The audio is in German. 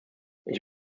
ich